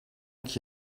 qui